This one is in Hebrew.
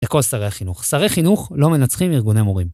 לכל שרי החינוך. שרי חינוך לא מנצחים ארגוני מורים.